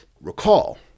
Recall